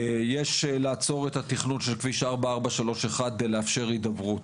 יש לעצור את התכנון של כביש 4431 בלאפשר הידברות.